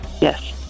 Yes